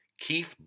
Keith